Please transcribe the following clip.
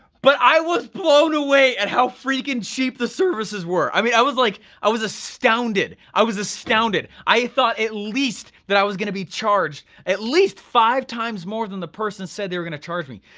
but i was blown away at how freaking cheap the services were. i mean i was like, i was astounded, i was astounded. i thought at least that i was going to be charged, at least five times more than the person said they were going to charge me.